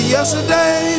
Yesterday